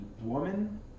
woman